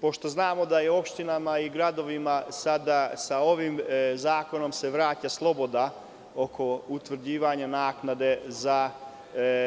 Pošto znamo da se opštinama i gradovima ovim zakonom vraća sloboda oko utvrđivanja naknade za